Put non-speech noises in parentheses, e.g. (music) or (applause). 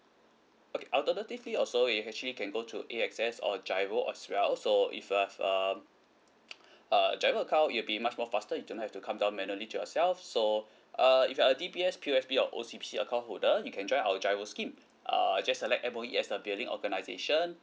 okay alternatively also you actually can go to A_X_S or giro as well so if you have um (noise) err giro account it'll be much more faster you don't have to come down manually do yourself so uh if you are a D_B_S P_O_S_B or O_C_B_C account holder you can join our giro scheme err just select M_O_E as the billing organisation